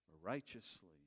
righteously